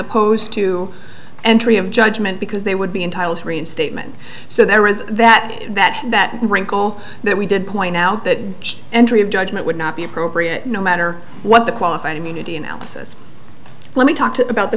opposed to and tree of judgment because they would be entitled reinstatement so there is that that that wrinkle that we did point out that entry of judgment would not be appropriate no matter what the qualified immunity analysis let me talk to about the